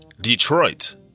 Detroit